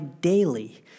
daily